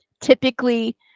Typically